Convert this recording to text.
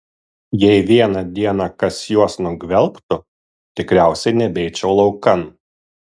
jei vieną dieną kas juos nugvelbtų tikriausiai nebeičiau laukan